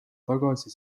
tagasi